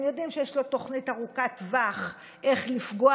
הם יודעים שיש לו תוכנית ארוכת טווח לפגוע